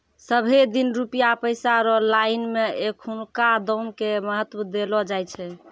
सबहे दिन रुपया पैसा रो लाइन मे एखनुका दाम के महत्व देलो जाय छै